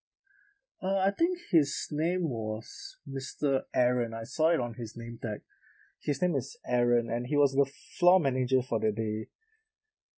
uh I think his name was mister aaron I saw it on his name tag his name is aaron and he was the floor manager for the day